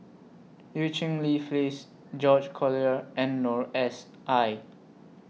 EU Cheng Li Phyllis George Collyer and Noor S I